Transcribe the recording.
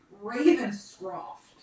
Ravenscroft